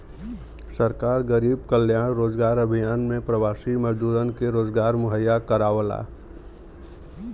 सरकार गरीब कल्याण रोजगार अभियान में प्रवासी मजदूरन के रोजगार मुहैया करावला